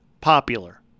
popular